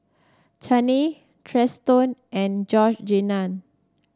Chaney Triston and Georgeanna